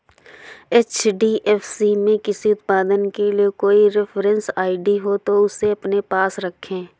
HDFC में किसी उत्पाद के लिए कोई रेफरेंस आई.डी है, तो उसे अपने पास रखें